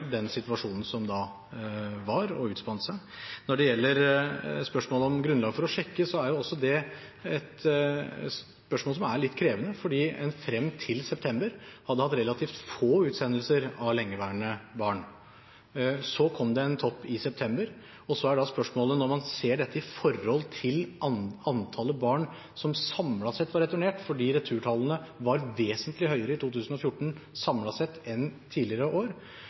gjelder spørsmålet om grunnlaget for å sjekke, er også det et spørsmål som er litt krevende, fordi en frem til september hadde hatt relativt få utsendelser av lengeværende barn. Så kom det en topp i september. Når en ser dette i forhold til antallet barn som samlet sett ble returnert – returtallene var samlet sett vesentlig høyere i 2014 enn tidligere år